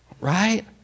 Right